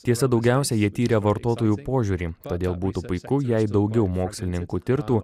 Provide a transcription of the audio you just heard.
tiesa daugiausia jie tyrė vartotojų požiūrį todėl būtų puiku jei daugiau mokslininkų tirtų